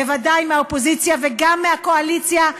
בוודאי מהאופוזיציה וגם מהקואליציה,